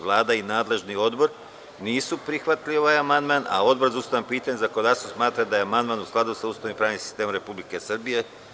Vlada i nadležni odbor nisu prihvatili ovaj amandman, a Odbor za ustavna pitanja i zakonodavstvo smatra da je amandman u skladu sa Ustavom i pravnim sistemom RS.